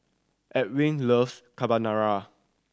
Edwin loves Carbonara